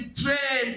train